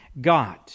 God